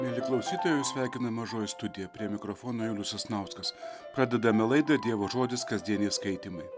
mieli klausytojai jus sveikina mažoji studija prie mikrofono julius sasnauskas pradedame laidą dievo žodis kasdieniai skaitymai